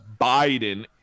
Biden